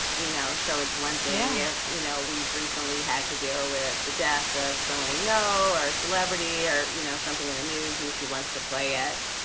you know? so it's one thing. you know, we've recently had to deal with the death of someone we know or celebrity or, you know, something in the news and she wants to play it.